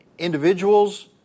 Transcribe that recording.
individuals